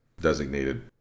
designated